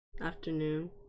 afternoon